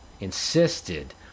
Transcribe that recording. insisted